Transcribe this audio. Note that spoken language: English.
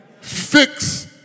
Fix